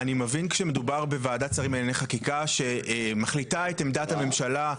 אני מבין כשמדובר בוועדת שרים לענייני חקיקה שמחליטה את עמדת הממשלה,